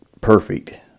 perfect